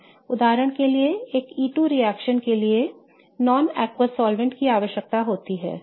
उदाहरण के लिए एक E2 रिएक्शन के लिए गैर जलीय सॉल्वैंट्स की आवश्यकता होती है